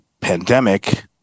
pandemic